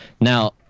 Now